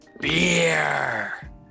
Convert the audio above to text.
beer